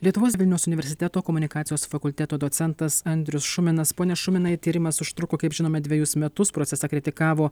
lietuvos vilniaus universiteto komunikacijos fakulteto docentas andrius šuminas pone šuminai tyrimas užtruko kaip žinome dvejus metus procesą kritikavo